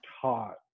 taught